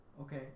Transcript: okay